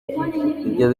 ibyo